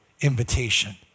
invitation